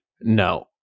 no